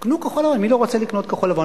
קנו כחול-לבן, מי לא רוצה לקנות כחול-לבן?